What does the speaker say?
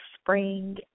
spring